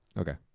Okay